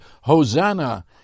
Hosanna